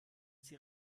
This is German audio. die